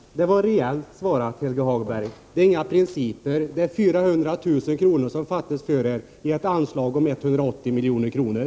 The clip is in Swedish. Herr talman! Det var rejält svarat, Helge Hagberg. Det gäller inga principer, utan det är 400 000 kr. som fattas för er i ett anslag på 180 milj.kr.